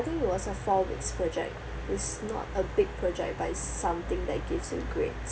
think was a four weeks project it's not a big project but is something that gives you grades